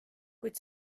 kuid